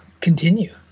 continue